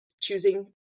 choosing